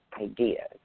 ideas